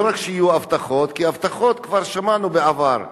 כי הבטחות כבר שמענו בעבר.